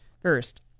First